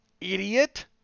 Idiot